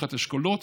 תחת אשכולות,